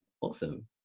Awesome